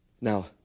Now